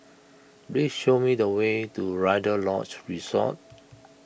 please show me the way to Rider's Lodge Resort